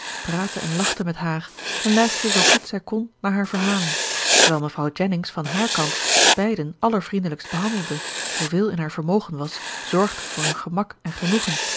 praatte en lachte met haar en luisterde zoo goed zij kon naar haar verhalen terwijl mevrouw jennings van haar kant beiden allervriendelijkst behandelde zooveel in haar vermogen was zorgde voor hun gemak en genoegen